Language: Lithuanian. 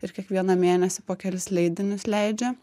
ir kiekvieną mėnesį po kelis leidinius leidžia